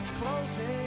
Closing